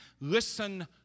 listen